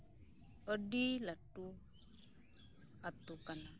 ᱟᱹᱰᱤ ᱞᱟᱹᱴᱩ ᱟᱛᱳ ᱠᱟᱱᱟ